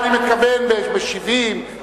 אני מתכוון ב-1970,